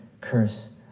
curse